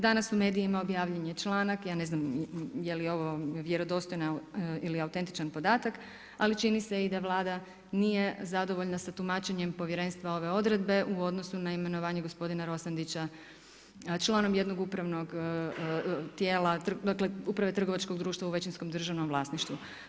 Danas u medijima objavljen je članak, ja ne znam je li ovo vjerodostojan ili autentičan podatak ali čini se i da Vlada nije zadovoljna sa tumačenjem povjerenstva ove odredbe u odnosu na imenovanje na gospodina Rosandića članom jednog upravnog tijela, dakle uprave trgovačkog društva u većinskom državnom vlasništvu.